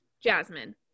Jasmine